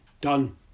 done